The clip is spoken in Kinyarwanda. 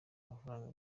amafaranga